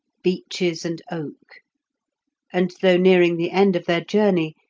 beeches and oak and though nearing the end of their journey,